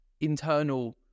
internal